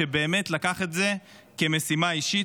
שבאמת לקח את זה כמשימה אישית,